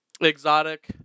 Exotic